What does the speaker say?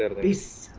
this